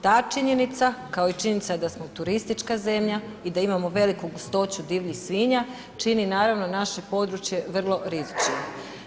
Ta činjenica, kao i činjenica da smo turistička zemlja i da imamo veliku gustoću divljih svinja, čini naravno naše područje vrlo rizičnim.